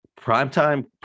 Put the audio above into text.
Primetime